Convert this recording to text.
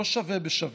לא שווה בשווה,